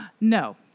No